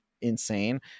insane